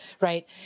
right